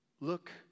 Look